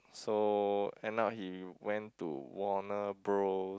so end up he went to Warner Bros